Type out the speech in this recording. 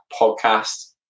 podcast